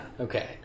okay